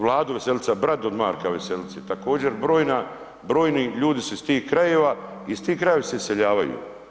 Vlado Veselica, brat od Marka Veselice, također, brojni ljudi su iz tih krajeva i iz tih krajeva se iseljavaju.